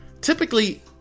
typically